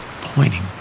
pointing